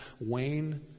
Wayne